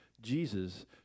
Jesus